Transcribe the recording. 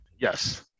Yes